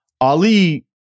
Ali